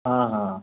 ହଁ ହଁ